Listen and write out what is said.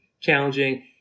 challenging